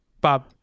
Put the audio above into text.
Bob